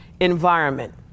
environment